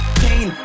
pain